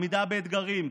עמידה באתגרים,